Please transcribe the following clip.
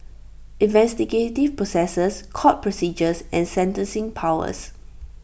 investigative processes court procedures and sentencing powers